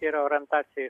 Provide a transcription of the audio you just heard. ir orientacija į